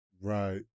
Right